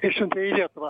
išsiuntė į lietuvą